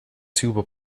tuba